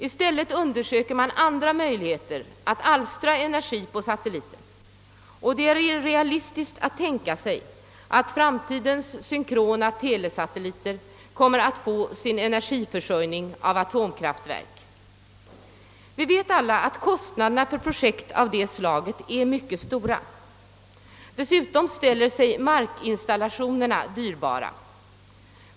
I stället undersöker man andra möjligheter att alstra energi på satelliten och det är realistiskt att tänka sig att framtidens synkrona telesatelliter kommer att få sin energiförsörjning av atomkraftverk. Vi vet alla att kostnaderna för projekt av detta slag är stora. Dessutom ställer sig markinstallationerna dyrbara.